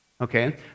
Okay